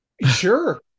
sure